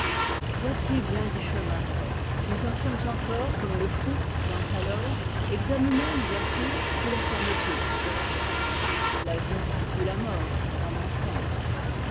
voici bien du chemin fait nous en sommes encore comme le fou dans sa loge examinant l'ouverture ou la fermeture de la porte la vie ou la mort à mon sens